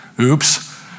Oops